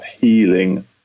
healing